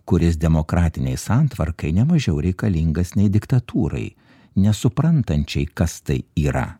kuris demokratinei santvarkai ne mažiau reikalingas nei diktatūrai nesuprantančiai kas tai yra